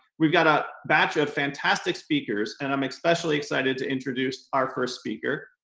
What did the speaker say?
we've got a batch of fantastic speakers and i'm especially excited to introduce our first speaker,